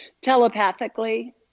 telepathically